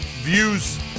views